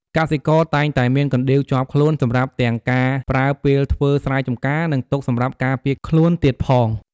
កសិករតែងតែមានកណ្ដៀវជាប់ខ្លួន សម្រាប់ទាំងការប្រើពេលធ្វើស្រែចម្ការ និងទុកសម្រាប់ការពារខ្លួនទៀតផង។